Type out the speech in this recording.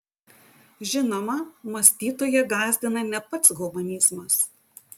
žinoma mąstytoją gąsdina ne pats humanizmas